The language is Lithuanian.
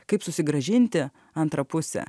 kaip susigrąžinti antrą pusę